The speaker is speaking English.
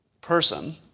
person